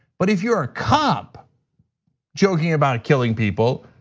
but if you're a cop joking about killing people,